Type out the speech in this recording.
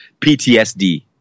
PTSD